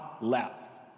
left